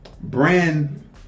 brand